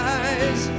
eyes